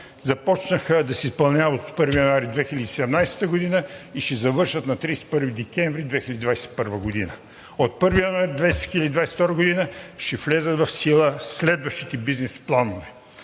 започнаха да се изпълняват от 1 януари 2017 г. и ще завършат на 31 декември 2021 г. От 1 януари 2022 г. ще влязат в сила следващите бизнес планове.